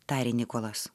tarė nikolas